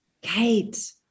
kate